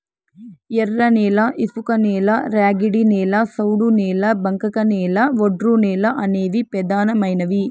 ఎర్రనేల, ఇసుకనేల, ర్యాగిడి నేల, సౌడు నేల, బంకకనేల, ఒండ్రునేల అనేవి పెదానమైనవి